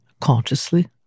consciously